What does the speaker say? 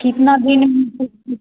कितना दिन